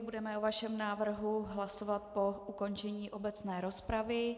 Budeme o vašem návrhu hlasovat po ukončení obecné rozpravy.